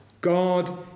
God